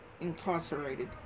incarcerated